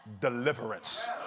deliverance